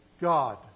God